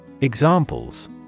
Examples